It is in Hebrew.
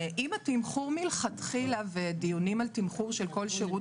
אם התמחור מלכתחילה ודיונים על תמחור של כל שירות